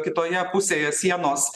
kitoje pusėje sienos